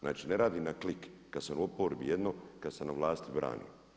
Znači, ne radi na klik, kad sam u oporbi jedno, kad sam na vlasti branim.